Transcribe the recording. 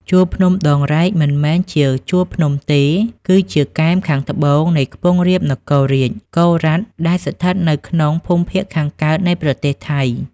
ជួរភ្នំដងរែកមិន មែនជាជួរភ្នំទេ គឺជាគែមខាងត្បូងនៃខ្ពង់រាបនគររាជ កូរ៉ាត ដែលស្ថិតនៅក្នុង ភូមិភាគខាងកើតនៃប្រទេសថៃ ។